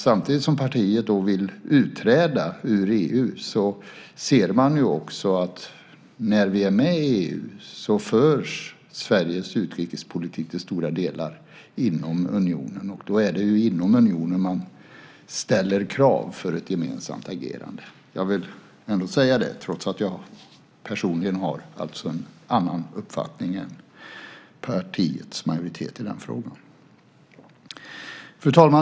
Samtidigt som partiet vill utträda ur EU ser man också att när vi är med i EU förs Sveriges utrikespolitik till stora delar inom unionen, och då är det inom unionen man ställer krav för ett gemensamt agerande. Jag vill ändå säga det, trots att jag personligen har en annan uppfattning än partiets majoritet i den frågan. Fru talman!